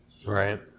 Right